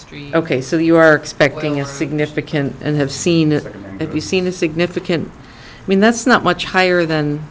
street ok so you are expecting a significant and have seen it we've seen a significant i mean that's not much higher than